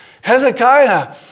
Hezekiah